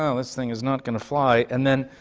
well, this thing is not going to fly. and then,